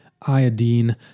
iodine